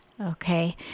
okay